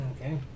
Okay